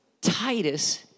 Titus